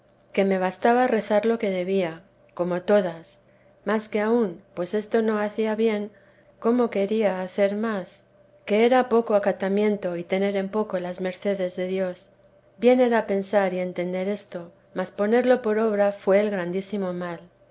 que me bastaba rezar lo que debía como todas mas que aun pues esto no hacía bien cómo quería hacer más que era poco acatamiento y tener en poco las mercedes de dios bien era pensar y entender esto mas ponerlo por obra fué el grandísimo mal